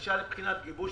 בקשה לבחינת גיבוש